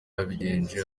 yabigenje